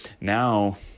Now